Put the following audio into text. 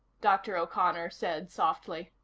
dr. o'connor said softly.